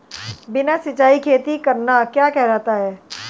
बिना सिंचाई खेती करना क्या कहलाता है?